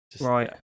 right